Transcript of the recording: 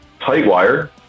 Tightwire